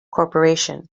corporation